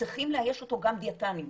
וצריכים לאייש אותו גם דיאטנים.